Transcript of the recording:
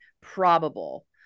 probable